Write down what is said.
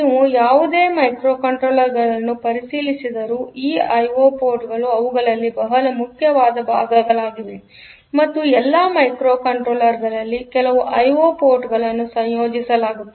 ನೀವು ಯಾವುದೇ ಮೈಕ್ರೊಕಂಟ್ರೋಲರ್ಗಳನ್ನು ಪರಿಶೀಲಿಸಿದರು ಈ ಐಒ ಪೋರ್ಟ್ಗಳು ಅವುಗಳಲ್ಲಿ ಬಹಳ ಮುಖ್ಯವಾದ ಭಾಗಗಳಾಗಿವೆ ಮತ್ತು ಎಲ್ಲಾ ಮೈಕ್ರೊಕಂಟ್ರೋಲರ್ ಗಳಲ್ಲಿ ಕೆಲವು ಐಒ ಪೋರ್ಟ್ಗಳನ್ನು ಸಂಯೋಜಿಸಲಾಗುತ್ತದೆ